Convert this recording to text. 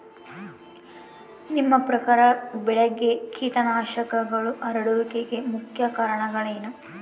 ನಿಮ್ಮ ಪ್ರಕಾರ ಬೆಳೆಗೆ ಕೇಟನಾಶಕಗಳು ಹರಡುವಿಕೆಗೆ ಮುಖ್ಯ ಕಾರಣ ಏನು?